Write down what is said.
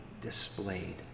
displayed